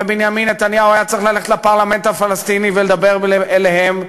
ובנימין נתניהו היה צריך ללכת לפרלמנט הפלסטיני ולדבר אליהם.